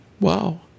Wow